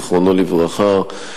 זיכרונו לברכה.